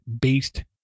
based